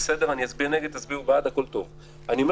בסדר, אני אצביע נגד, תצביעו בעד, הכל טוב.